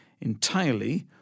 entirely